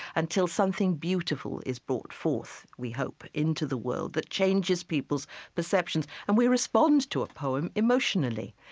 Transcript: until something beautiful is brought forth, we hope, into the world that changes people's perceptions. and we respond to a poem emotionally.